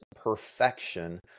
perfection